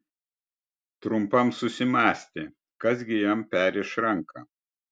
trumpam susimąstė kas gi jam perriš ranką